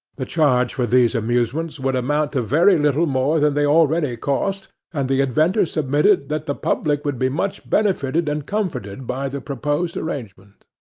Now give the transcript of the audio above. the charge for these amusements would amount to very little more than they already cost, and the inventor submitted that the public would be much benefited and comforted by the proposed arrangement.